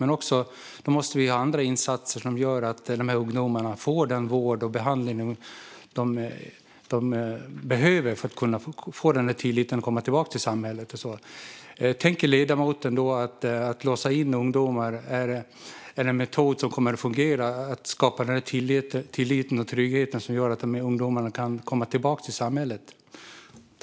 Men då måste vi ha andra insatser som gör att dessa ungdomar får den vård och den behandling som de behöver för att kunna få den där tilliten och för att kunna komma tillbaka till samhället. Tänker ledamoten då att låsa in ungdomar är en metod som kommer att fungera för att skapa den tillit och trygghet som gör att ungdomarna kan komma tillbaka till samhället?